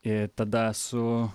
iii tada su